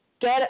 Get